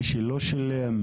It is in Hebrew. מי שלא שילם,